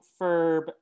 Ferb